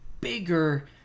bigger